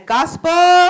gospel